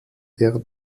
der